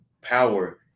power